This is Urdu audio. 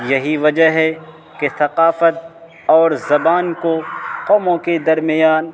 یہی وجہ ہے کہ ثقافت اور زبان کو قوموں کے درمیان